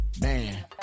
Man